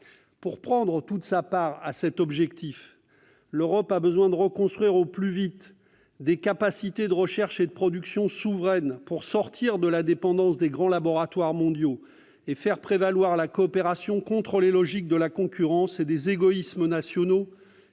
en vue de cet objectif, l'Europe a besoin de reconstruire au plus vite des capacités de recherche et de production souveraines, afin de sortir de la dépendance aux grands laboratoires mondiaux et de faire prévaloir la coopération contre les logiques de la concurrence et des « égoïsmes nationaux